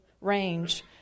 range